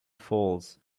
false